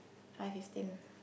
five fifteen